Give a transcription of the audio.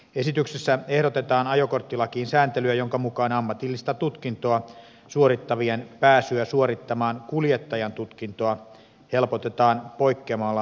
esityksessä ehdotetaan ajokorttilakiin sääntelyä jonka mukaan ammatillista tutkintoa suorittavien pääsyä suorittamaan kuljettajantutkintoa helpotetaan poikkeamalla vähimmäisikävaatimuksesta